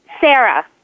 Sarah